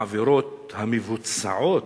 בעבירות שמבוצעות